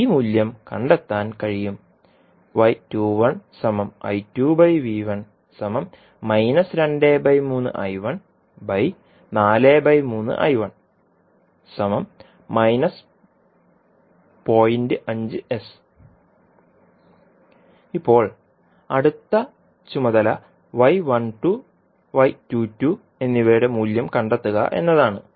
നമുക്ക് ഈ മൂല്യം കണ്ടെത്താൻ കഴിയും ഇപ്പോൾ അടുത്ത ചുമതല എന്നിവയുടെ മൂല്യം കണ്ടെത്തുക എന്നതാണ്